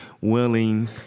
willing